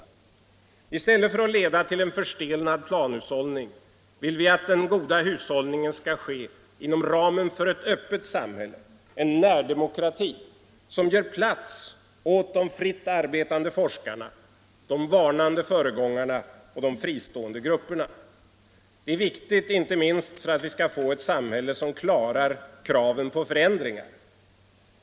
I stället för att den goda hushållningen skall leda till en förstelnad planhushållning vill vi att den skall ske inom ramen för ett öppet samhälle —- en närdemokrati — som ger plats åt de fritt arbetande forskarna, de varnande föregångarna och de fristående grupperna. Det är viktigt inte minst för att vi skall få ett samhälle som klarar kraven på förändringar.